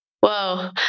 whoa